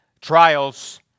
Trials